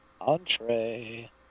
Entree